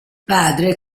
padre